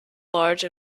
large